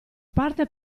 parte